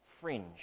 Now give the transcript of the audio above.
fringe